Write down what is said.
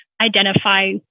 identify